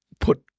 put